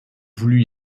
voulu